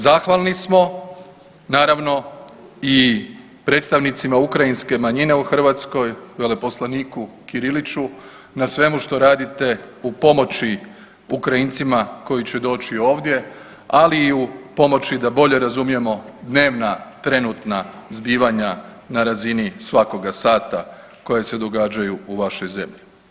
Zahvalni smo naravno i predstavnicima ukrajinske manjine u Hrvatskoj, veleposlaniku Kirilič na svemu što radite u pomoći Ukrajincima koji će doći ovdje, ali i u pomoći da boje razumijemo dnevna, trenutna zbivanja na razini svakoga sata koja se događaju u vašoj zemlji.